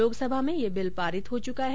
लोकसभा में ये बिल पारित हो चुका है